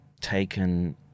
taken